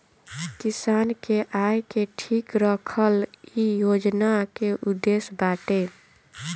किसान के आय के ठीक रखल इ योजना के उद्देश्य बाटे